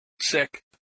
Sick